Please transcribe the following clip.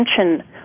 attention